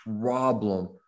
problem